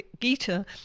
Gita